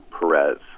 Perez